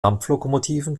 dampflokomotiven